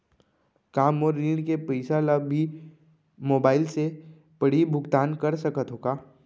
का मोर ऋण के पइसा ल भी मैं मोबाइल से पड़ही भुगतान कर सकत हो का?